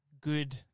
good